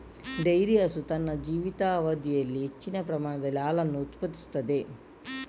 dairy ಹಸು ತನ್ನ ಜೀವಿತಾವಧಿಯಲ್ಲಿ ಹೆಚ್ಚಿನ ಪ್ರಮಾಣದಲ್ಲಿ ಹಾಲನ್ನು ಉತ್ಪಾದಿಸುತ್ತದೆ